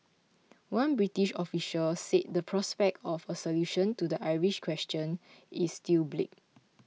one British official said the prospect of a solution to the Irish question is still bleak